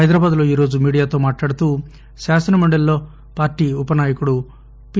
హైదరాబాద్లో ఈరోజు మీడియాతో మాట్లాడుతూ శాసనమండలిలో పార్టీ ఉపనాయకుడు పి